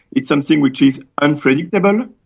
it's something which is unpredictable,